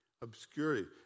Obscurity